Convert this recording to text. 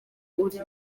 uri